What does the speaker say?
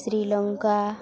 Sri Lanka